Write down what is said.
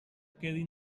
quedin